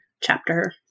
chapter